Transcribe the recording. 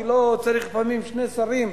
כי לפעמים צריך שני שרים,